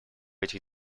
этих